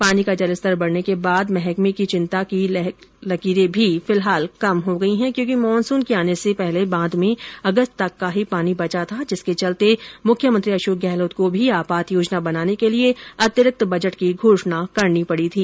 पानी का जलस्तर बढ़ने के बाद महकमे की चिंता की लकीरे भी फिलहाल कम हो गई हैं क्योंकि मानसून के आने से पहले बांध में अगस्त तक का ही पानी बचा था जिसके चलते मुख्यमंत्री अशोक गहलोत को भी आपात योजना बनाने के लिए अतिरिक्त बजट की घोषणा करनी पड़ी थी